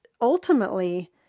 ultimately